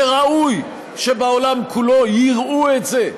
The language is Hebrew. וראוי שבעולם כולו יראו את זה.